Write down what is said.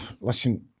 Listen